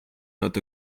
not